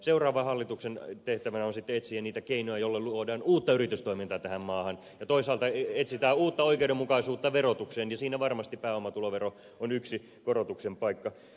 seuraavan hallituksen tehtävänä on sitten etsiä niitä keinoja joilla luodaan uutta yritystoimintaa tähän maahan ja toisaalta etsitään uutta oikeudenmukaisuutta verotukseen ja siinä varmasti pääomatulovero on yksi korotuksen paikka